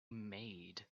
maid